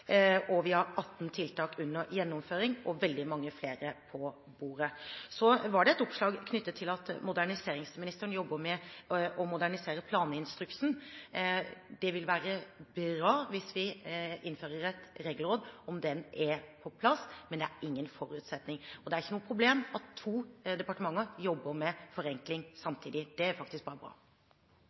vi har 18 tiltak under gjennomføring og veldig mange flere på bordet. Så var det et oppslag knyttet til at moderniseringsministeren jobber med å modernisere planinstruksen. Det vil være bra hvis vi innfører et regelråd – om det er på plass – men det er ingen forutsetning. Og det er ikke noe problem at to departementer jobber med forenkling samtidig. Det er faktisk bare bra.